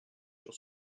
sur